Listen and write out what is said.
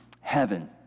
heaven